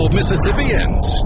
Mississippians